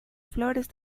flores